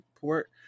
port